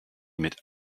mit